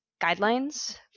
guidelines